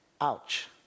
Ouch